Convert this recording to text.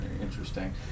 interesting